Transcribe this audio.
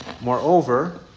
Moreover